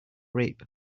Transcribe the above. rape